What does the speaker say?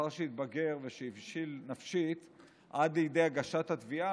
לאחר שהתבגר והבשיל נפשית עד לידי הגשת התביעה,